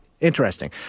interesting